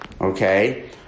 okay